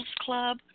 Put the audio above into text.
club